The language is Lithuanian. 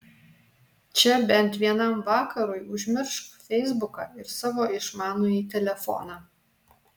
čia bent vienam vakarui užmiršk feisbuką ir savo išmanųjį telefoną